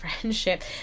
friendship